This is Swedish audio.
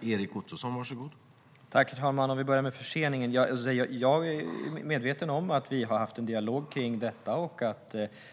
Herr talman! Vi börjar med förseningen. Jag är medveten om att vi har fört en dialog om detta och